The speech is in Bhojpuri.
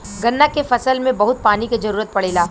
गन्ना के फसल में बहुत पानी के जरूरत पड़ेला